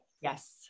Yes